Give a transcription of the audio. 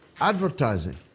advertising